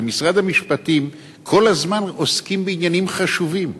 במשרד המשפטים כל הזמן עוסקים בעניינים חשובים.